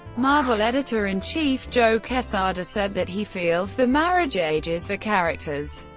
marvel editor-in-chief joe quesada said that he feels the marriage ages the characters,